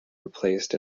replaced